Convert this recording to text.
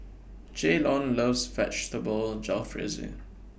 Jaylon loves Vegetable Jalfrezi